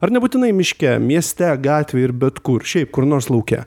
ar nebūtinai miške mieste gatvėje ir bet kur šiaip kur nors lauke